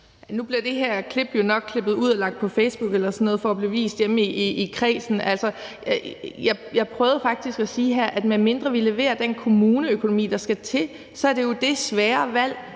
Nu bliver det her klip jo nok klippet ud og lagt på Facebook eller sådan noget for at blive vist hjemme i kredsen. Jeg prøvede faktisk at sige her, at medmindre vi leverer den kommuneøkonomi, der skal til, så er det jo det svære valg,